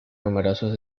numerosos